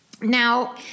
now